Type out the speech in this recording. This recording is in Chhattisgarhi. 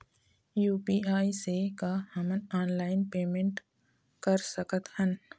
यू.पी.आई से का हमन ऑनलाइन पेमेंट कर सकत हन?